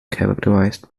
characterized